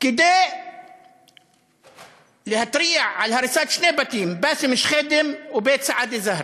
כדי להתריע על הריסת שני בתים: באסם שח'ידם ובית סעדי זהרי.